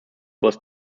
was